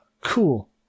Cool